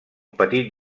petit